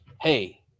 hey